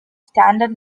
standard